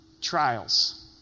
Trials